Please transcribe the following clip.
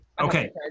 Okay